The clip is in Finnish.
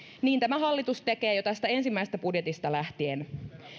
niin tämä hallitus tekee jo tästä ensimmäisestä budjetista lähtien